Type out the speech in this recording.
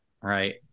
Right